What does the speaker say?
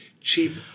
cheap